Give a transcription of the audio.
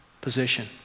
position